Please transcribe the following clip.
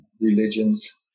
religions